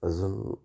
अजून